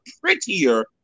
prettier